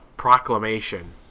proclamation